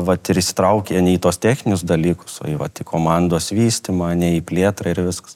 vat ir įsitraukė įanytos techninius dalykus o ji pati komandos vystymą į plėtrą ir viskas